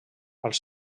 als